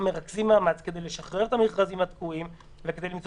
מרכזים מאמץ כדי לשחרר את המכרזים התקועים ולמצוא